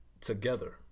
together